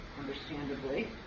understandably